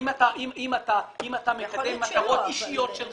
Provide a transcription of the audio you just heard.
למשל אם אתה מקדם מטרות אישיות שלך